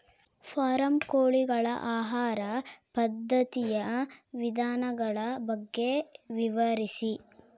Form ಕೋಳಿಗಳ ಆಹಾರ ಪದ್ಧತಿಯ ವಿಧಾನಗಳ ಬಗ್ಗೆ ವಿವರಿಸಿ?